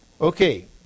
Okay